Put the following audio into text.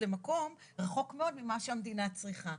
למקום רחוק מאוד ממה שהמדינה צריכה.